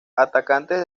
atacantes